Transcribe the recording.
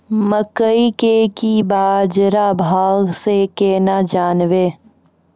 मकई के की बाजार भाव से केना जानवे?